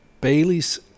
baileys